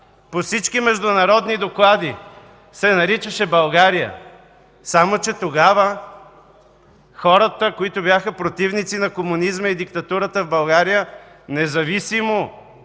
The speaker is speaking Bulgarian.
По всички международни доклади се наричаше България. Само че тогава хората, които бяха противници на комунизма и диктатурата в България, независимо